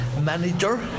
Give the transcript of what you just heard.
manager